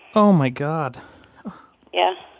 oh my god yeah.